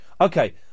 Okay